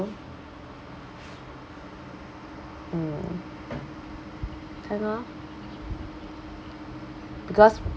mm can lah because